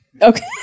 okay